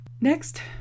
Next